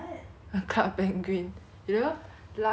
that time we all played club penguin together